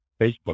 Facebook